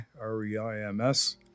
R-E-I-M-S